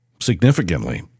significantly